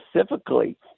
specifically